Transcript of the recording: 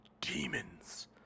Demons